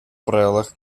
правилах